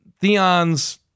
Theon's